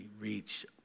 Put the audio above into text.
reach